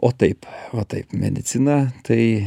o taip o taip medicina tai